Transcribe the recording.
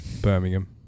Birmingham